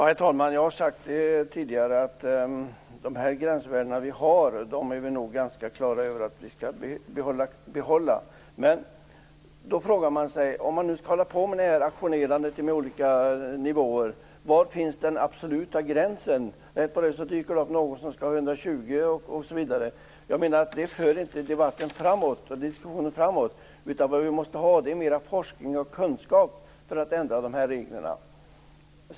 Herr talman! Jag har tidigare sagt att vi nog är ganska klara över att vi skall behålla nuvarande gränsvärden. Men om man skall hålla på med ajournerandet till olika nivåer undrar jag var den absoluta gränsen går. Rätt som det är dyker det upp någon som kräver 120 Bq osv. Jag menar att det inte för debatten/diskussionen framåt. Vad vi behöver är mera forskning och kunskap för att ändra de här reglerna.